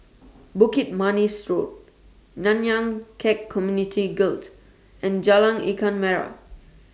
Bukit Manis Road Nanyang Khek Community Guild and Jalan Ikan Merah